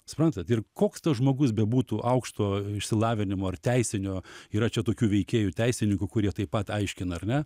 suprantat ir koks tas žmogus bebūtų aukšto išsilavinimo ar teisinio yra čia tokių veikėjų teisininkų kurie taip pat aiškina ar ne